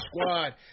squad